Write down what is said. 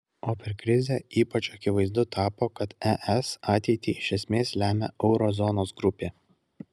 o per krizę ypač akivaizdu tapo kad es ateitį iš esmės lemia euro zonos grupė